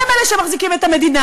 הם אלה שמחזיקים את המדינה.